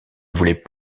voulaient